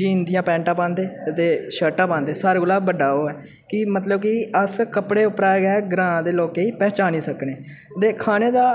जीन दियां पैंटां पांदे ते शर्टां पांदे सारे कोला बड्डा ओह् ऐ की मतलब की अस कपड़े उप्परा गै ग्रांऽ दे लोकें ई पहचानी सकने ते खाने दा